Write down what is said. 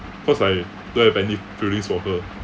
cause I don't have any feelings for her